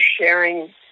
sharing